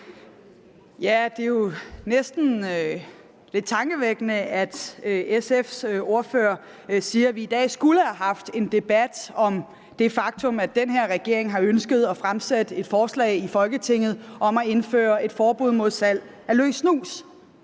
Det er jo næsten lidt tankevækkende, at SF's ordfører siger, at vi i dag skulle have haft en debat om det faktum, at den her regering har ønsket og fremsat et forslag i Folketinget om at indføre et forbud mod salg af løs snus.